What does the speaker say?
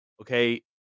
Okay